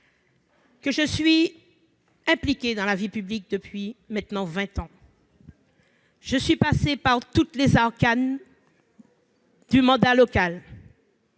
Je suis impliquée dans la vie publique depuis maintenant vingt ans. Je suis passée par tous les arcanes du mandat local